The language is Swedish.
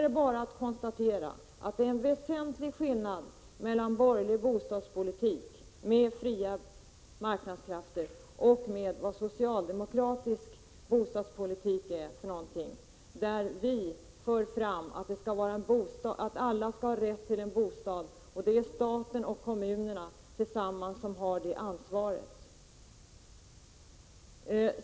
Det råder en väsentlig skillnad mellan borgerlig bostadspolitik med fria marknadskrafter och socialdemokratisk bostadspolitik, där vi för fram att alla skall ha rätt till en bostad. Staten och kommunerna har tillsammans ansvaret härför.